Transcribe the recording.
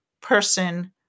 person